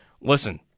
listen